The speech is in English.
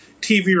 TV